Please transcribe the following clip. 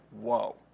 whoa